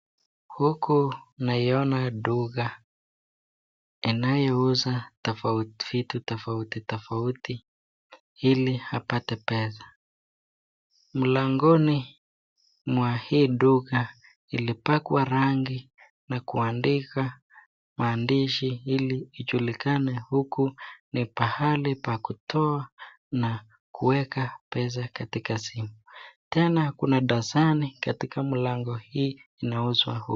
Huku naona duka inayouza vitu tofauti tofauti ili apate pesa. Mlangoni mwa hii duka ilipakwa rangi na kuandika maandishi ili ijulikane huku ni pahali pa kutoa na kuweka pesa katika simu tena kuna dasani katika mlango hii inauzwa huku.